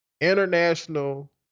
international